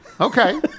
Okay